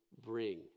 bring